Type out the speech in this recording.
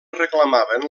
reclamaven